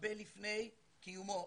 הרבה לפני קיומו.